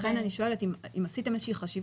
לכן אני שואלת עם עשיתם איזו חשיבה,